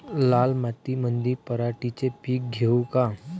लाल मातीमंदी पराटीचे पीक घेऊ का?